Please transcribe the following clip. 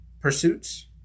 pursuits